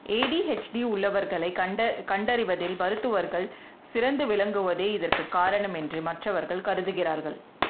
ADHD உள்ளவர்களைக் கண்ட கண்டறிவதில் மருத்துவர்கள் சிறந்து விளங்குவதே இதற்குக் காரணம் என்று மற்றவர்கள் கருதுகிறார்கள்